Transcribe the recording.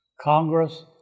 Congress